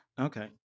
Okay